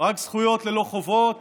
רק זכויות ללא חובות